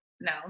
no